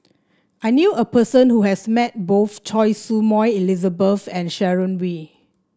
I knew a person who has met both Choy Su Moi Elizabeth and Sharon Wee